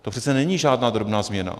To přece není žádná drobná změna.